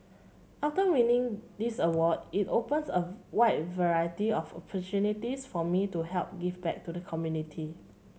after winning this award it opens a wide variety of opportunities for me to help give back to the community